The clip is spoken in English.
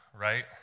right